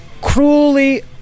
cruelly